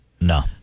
No